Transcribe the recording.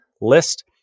list